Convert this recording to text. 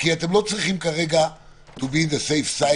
כי אתם לא צריכים כרגע to be on the safe side,